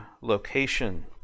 location